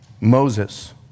Moses